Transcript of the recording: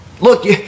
look